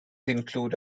include